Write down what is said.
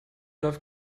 läuft